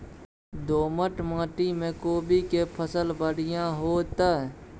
दोमट माटी में कोबी के फसल बढ़ीया होतय?